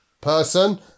person